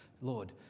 Lord